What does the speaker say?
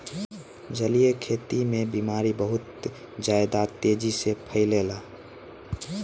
जलीय खेती में बीमारी बहुत ज्यादा तेजी से फइलेला